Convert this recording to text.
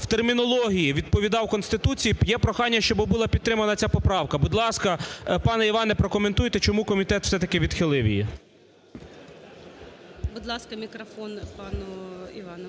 у термінології відповідав Конституції, є прохання, щоби була підтримана ця поправка. Будь ласка, пане Іване, прокоментуйте, чому комітет все-таки відхилив її? ГОЛОВУЮЧИЙ. Будь ласка, мікрофон пану Івану.